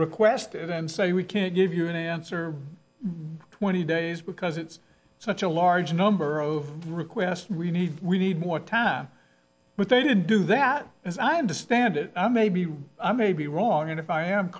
request and say we can't give you an answer twenty days because it's such a large number of requests re need we need more time with they didn't do that as i understand it may be i may be wrong if i am